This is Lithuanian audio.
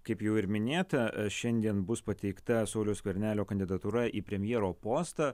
kaip jau ir minėta šiandien bus pateikta sauliaus skvernelio kandidatūra į premjero postą